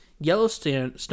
yellowstone